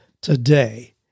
today